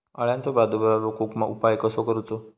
अळ्यांचो प्रादुर्भाव रोखुक उपाय कसो करूचो?